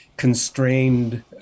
constrained